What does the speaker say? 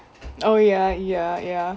oh ya ya ya